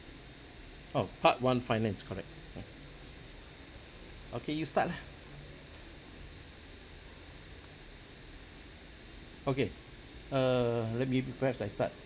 oh part one finance correct ya okay you start lah okay err let me pe~ perhaps I start